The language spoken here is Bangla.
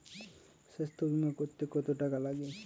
স্বাস্থ্যবীমা করতে কত টাকা লাগে?